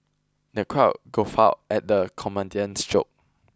the crowd guffawed at the comedian's joke